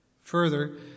Further